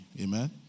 Amen